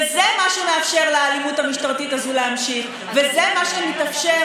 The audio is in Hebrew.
וזה מה שמאפשר לאלימות המשטרתית הזו להמשיך וזה מה שמאפשר